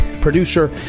producer